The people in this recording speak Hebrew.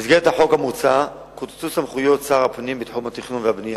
במסגרת החוק המוצע קוצצו סמכויות שר הפנים בתחום התכנון והבנייה.